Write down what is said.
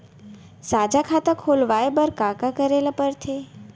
साझा खाता खोलवाये बर का का करे ल पढ़थे?